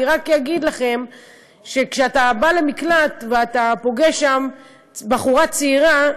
אני רק אגיד לכם שכשאתה בא למקלט ואתה פוגש שם בחורה צעירה,